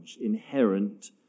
inherent